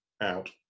out